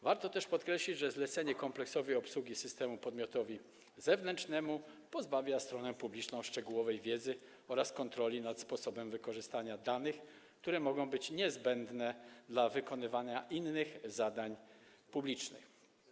Warto też podkreślić, że zlecenie kompleksowej obsługi systemu podmiotowi zewnętrznemu pozbawia stronę publiczną szczegółowej wiedzy oraz kontroli nad sposobem wykorzystania danych, które mogą być niezbędne do wykonywania innych zadań publicznych.